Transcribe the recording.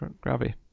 gravity